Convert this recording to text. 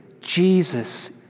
Jesus